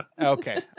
Okay